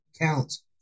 counts